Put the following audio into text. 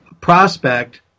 prospect